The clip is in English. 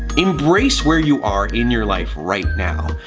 embrace where you are in your life right now.